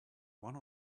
one